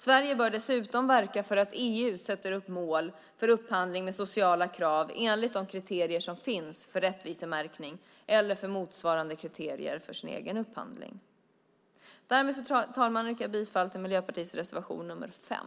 Sverige bör dessutom verka för att EU sätter upp mål för upphandling med sociala krav enligt de kriterier som finns för rättvisemärkning, eller enligt motsvarande kriterier, för sin egen upphandling. Därmed, fru talman, yrkar jag bifall till Miljöpartiets reservation nr 5.